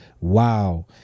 wow